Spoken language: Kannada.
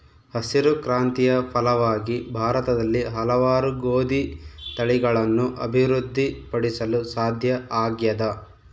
ಹಸಿರು ಕ್ರಾಂತಿಯ ಫಲವಾಗಿ ಭಾರತದಲ್ಲಿ ಹಲವಾರು ಗೋದಿ ತಳಿಗಳನ್ನು ಅಭಿವೃದ್ಧಿ ಪಡಿಸಲು ಸಾಧ್ಯ ಆಗ್ಯದ